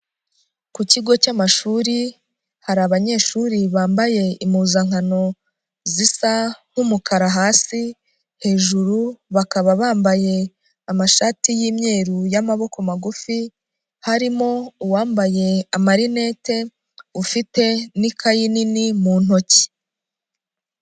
Ku kigo cy'amashuri, hari abanyeshuri bambaye impuzankano zisa, nk'umukara hasi, hejuru bakaba bambaye amashati y'imyeru y'amaboko magufi, harimo uwambaye amarinete, ufite n'ikayi nini mu ntoki.